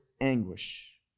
anguish